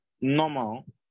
normal